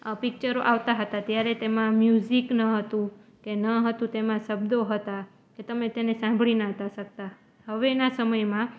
આ પિક્ચરો આવતા હતા ત્યારે તેમાં મ્યુઝિક ન હતું કે ન હતું તેમાં શબ્દો હતા કે તમે તેને સાંભળી ન તા શકતા હવેના સમયમાં